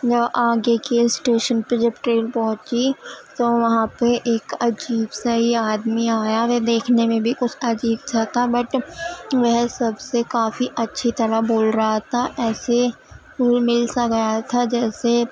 آگے کے اسٹیشن پہ جب ٹرین پہنچی تو وہاں پہ ایک عجیب سا ہی آدمی آیا وہ دیکھنے میں بھی کچھ عجیب سا تھا بٹ وہ سب سے کافی اچھی طرح بول رہا تھا ایسے گھل مل سا گیا تھا جیسے